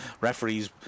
Referee's